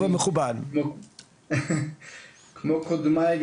כמו קודמיי,